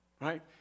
right